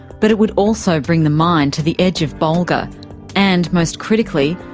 but it would also bring the mine to the edge of bulga and, most critically,